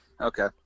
Okay